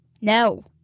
No